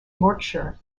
yorkshire